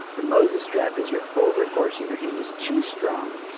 the moses trap is your over-forcing. your hand is too strong.